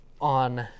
on